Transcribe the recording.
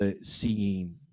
seeing